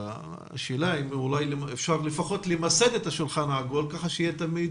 השאלה אולי לפחות אפשר למסד את השולחן העגול כך שיהיה תמיד